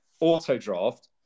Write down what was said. Auto-draft